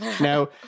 Now